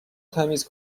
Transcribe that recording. تمیز